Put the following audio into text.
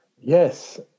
Yes